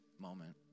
moment